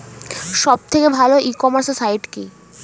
সব থেকে ভালো ই কমার্সে সাইট কী?